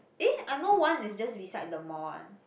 eh I know one is just beside the mall one